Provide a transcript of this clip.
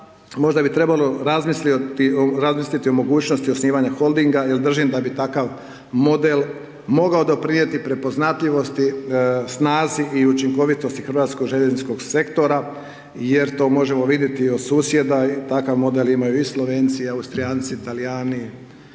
možda bi trebalo razmisliti o mogućnosti osnivanja Holdinga jer držim da bi takav model mogao doprinijeti prepoznatljivosti, snazi i učinkovitosti Hrvatskog željezničkog sektora jer to možemo vidjeti od susjeda i takav model imaju i Slovenci i Austrijanci i Talijani,